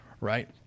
Right